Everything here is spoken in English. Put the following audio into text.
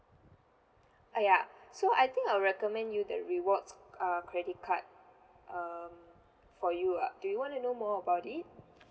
ah ya so I think I will recommend you the rewards uh credit card uh for you lah do you want to know more about it